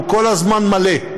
הוא כל הזמן מלא,